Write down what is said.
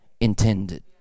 intended